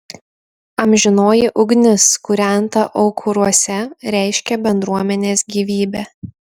amžinoji ugnis kūrenta aukuruose reiškė bendruomenės gyvybę